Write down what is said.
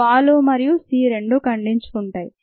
వాలు మరియు c రెండు ఖండించుకుంటాయి